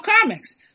comics